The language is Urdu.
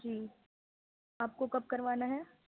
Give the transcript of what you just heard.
جی آپ کو کب کروانا ہے